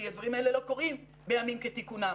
כי הדברים האלה לא קורים בימים כתיקונם.